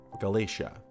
Galatia